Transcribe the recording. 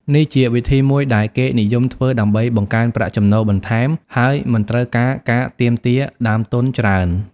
នេះជាវិធីមួយដែលគេនិយមធ្វើដើម្បីបង្កើនប្រាក់ចំណូលបន្ថែម ហើយមិនត្រូវការការទាមទារដើមទុនច្រើន។